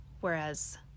Whereas